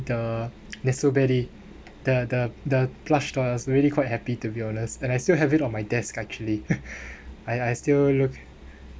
the nesoberi the the the plush toy I was really quite happy to be honest and I still have it on my desk actually I I still look